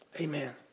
Amen